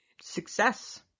success